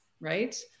right